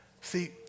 See